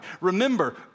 Remember